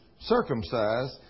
circumcised